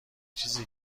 چیزیه